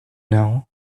now